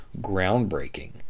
groundbreaking